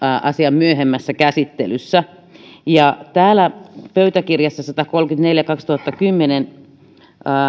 asian myöhemmässä käsittelyssä täällä pöytäkirjassa satakolmekymmentäneljä kautta kaksituhattakymmenen